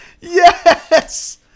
Yes